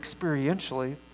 experientially